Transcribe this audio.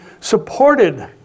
supported